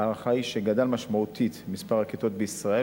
ההערכה היא שגדל משמעותית מספר הכתות בישראל,